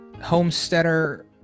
Homesteader